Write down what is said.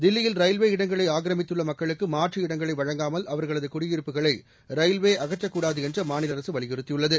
தில்லியில் ரயில்வே இடங்களை ஆக்கிரமித்துள்ள மக்களுக்கு மாற்று இடங்களை வழங்காமல் அவர்களது குடியிருப்புகளை ரயில்வே அகற்றக்கூடாது என்று அம்மாநில அரசு வலியுறுத்தியுள்ளது